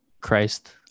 Christ